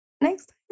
next